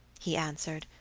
he answered,